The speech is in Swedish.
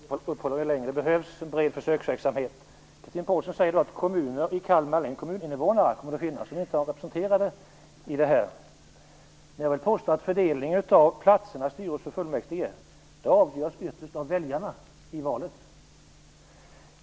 Fru talman! Jag har redan svarat på den första frågan om en bred försöksverksamhet. Jag skall inte uppta tiden längre än som behövs. Chatrine Pålsson säger att det kommer att finnas kommuninvånare i Kalmar län som inte är representerade. Jag vill påstå att fördelningen av platserna i styrelse och fullmäktige ytterst avgörs av väljarna.